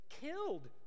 killed